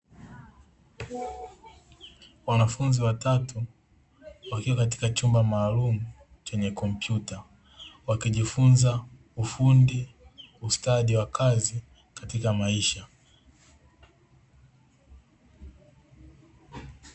Wanafunzi watatu wakiwa katika chumba maalumu, chenye kompyuta, wakijifunza ufundi ustadi wa kazi katika maisha.